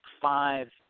five –